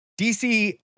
DC